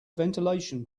ventilation